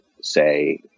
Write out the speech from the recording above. say